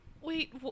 Wait